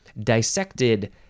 dissected